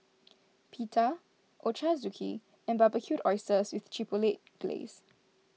Pita Ochazuke and Barbecued Oysters with Chipotle Glaze